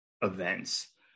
events